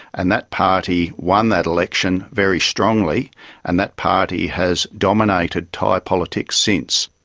and that party won that election very strongly and that party has dominated thai politics since.